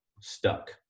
stuck